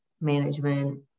management